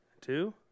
Two